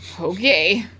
Okay